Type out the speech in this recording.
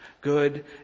good